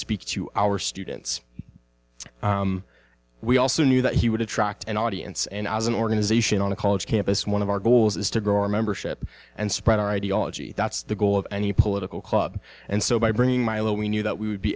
speak to our students we also knew that he would attract an audience and as an organization on a college campus one of our goals is to grow our membership and spread our ideology that's the goal of any political club and so by bringing my little we knew that we would be